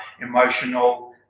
emotional